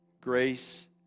grace